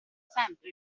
sempre